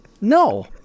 No